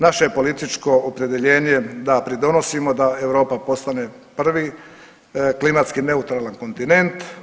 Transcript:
Naše je političko opredjeljenje da pridonosimo da Europa postane prvi klimatski neutralan kontinent.